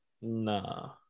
Nah